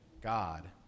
God